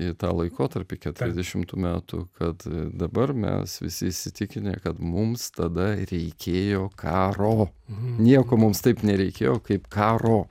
į tą laikotarpį keturiasdešimtų metų kad dabar mes visi įsitikinę kad mums tada reikėjo karo nieko mums taip nereikėjo kaip karo